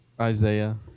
Isaiah